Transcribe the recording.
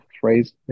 phrase